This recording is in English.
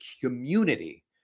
community